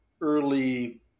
early